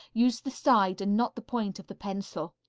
use the side and not the point of the pencil.